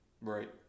Right